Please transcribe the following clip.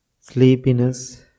sleepiness